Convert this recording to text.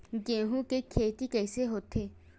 गेहूं के खेती कइसे होथे?